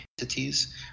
entities